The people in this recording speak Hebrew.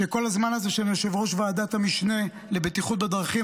שכל הזמן הזה שאני יושב-ראש ועדת המשנה לבטיחות בדרכים,